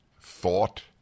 thought